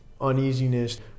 uneasiness